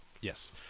Yes